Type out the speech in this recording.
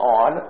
on